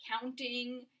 counting